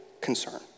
concern